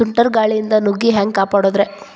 ಸುಂಟರ್ ಗಾಳಿಯಿಂದ ನುಗ್ಗಿ ಹ್ಯಾಂಗ ಕಾಪಡೊದ್ರೇ?